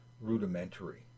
rudimentary